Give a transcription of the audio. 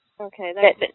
Okay